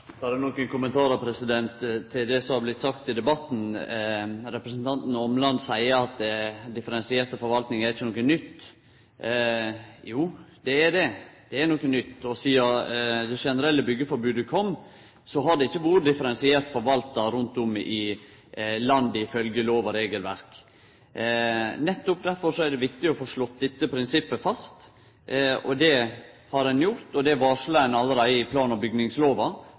nytt. Jo, det er det. Det er noko nytt. Sidan det generelle byggjeforbodet kom, har det ikkje vore differensiert forvalta rundt omkring i landet, ifølgje lov- og regelverk. Nettopp derfor er det viktig å få slått dette prinsippet fast. Det har ein gjort, og ein varsla allereie i plan- og